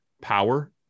power